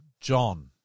John